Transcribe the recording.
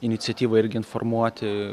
iniciatyva irgi informuoti